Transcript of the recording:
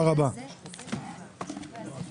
הישיבה ננעלה בשעה 11:00.